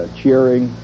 cheering